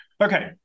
Okay